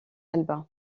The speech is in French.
alba